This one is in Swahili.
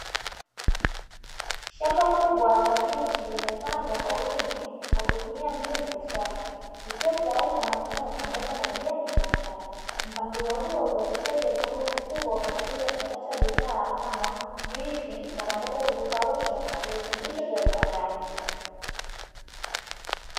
Shamba kubwa la kabichi limepandwa kwa wingi kwa kutumia mbinu za kisasa, likiwa tayari kwa mavuno ya kusambaza malighafi viwandani, mpangilio huu wa uzalishaji kwa kiwango kikubwa kwa ajili ya kuchakata bidhaa kama: juisi, mbogamboga zilizokaushwa na virutubisho vya viwandani.